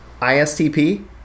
ISTP